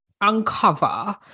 uncover